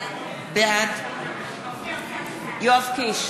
בעד יואב קיש,